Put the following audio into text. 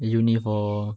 uni for